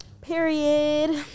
Period